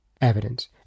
evidence